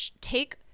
take